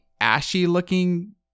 ashy-looking